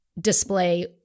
display